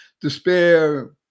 Despair